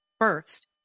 first